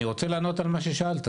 אני רוצה לענות על מה ששאלתי.